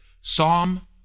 Psalm